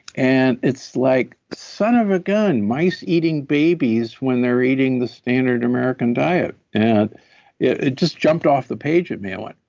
and it's like son of a gun, mice eating babies when they're eating the standard american diet. and it just jumped off the page at me. i went,